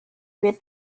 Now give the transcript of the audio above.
wir